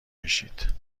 کشید